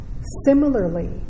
Similarly